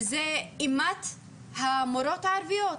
שזה אימת המורות הערביות,